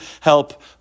help